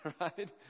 right